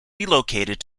relocated